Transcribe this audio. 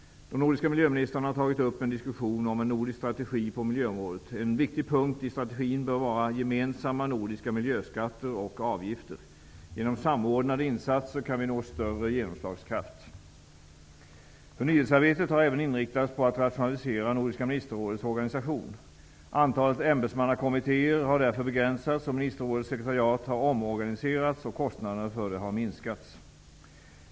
De nordiska miljöministrarna har tagit upp en diskussion om en nordisk strategi på miljöområdet. En viktig punkt i strategin bör vara gemensamma nordiska miljöskatter och avgifter. Genom samordnade insatser kan vi nå större genomslagskraft. Förnyelsearbetet har även inriktats på att rationalisera Nordiska ministerrådets organisation. Antalet ämbetsmannakommittéer har därför begränsats och ministerrådets sekretariat har omorganiserats och kostnaderna för det har minskats.